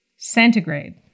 centigrade